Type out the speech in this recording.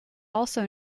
also